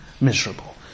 miserable